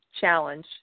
challenge